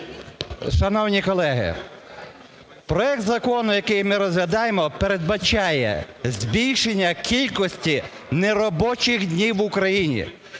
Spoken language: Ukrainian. Шановні колеги, проект закону, який ми розглядаємо, передбачає збільшення кількості неробочих днів в Україні.